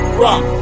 rock